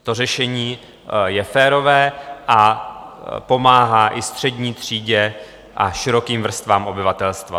To řešení je férové a pomáhá i střední třídě a širokým vrstvám obyvatelstva.